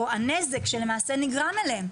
או הנזק שלמעשה נגרם להם.